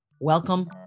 Welcome